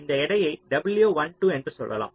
இந்த எடையை W12 என்று சொல்லலாம்